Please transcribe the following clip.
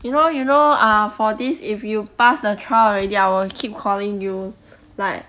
you know you know err for this if you pass the trial already I will keep calling you like